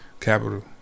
capital